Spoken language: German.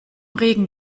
regen